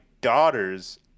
daughters